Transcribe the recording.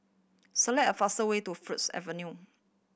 select a fastest way to Firs Avenue